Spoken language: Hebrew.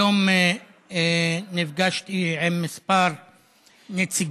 היום נפגשתי עם כמה נציגים